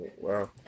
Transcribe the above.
Wow